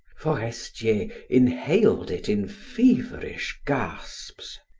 forestier inhaled it in feverish gasps.